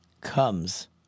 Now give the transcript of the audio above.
comes